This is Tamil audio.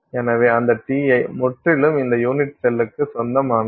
எனவே அந்த Ti முற்றிலும் இந்த யூனிட் செல்க்கு சொந்தமானது